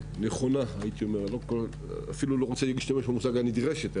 אני אפילו לא רוצה להשתמש במילה הנדרשת,